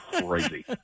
crazy